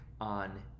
on